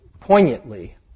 poignantly